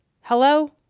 hello